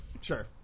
Sure